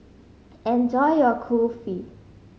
enjoy your Kulfi